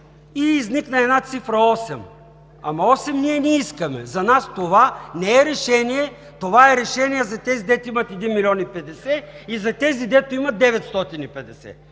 и изникна една цифра 8. Ама 8 ние не искаме. За нас това не е решение. Това е решение за тези, които имат един милион и 50 хиляди, и за тези, които имат 950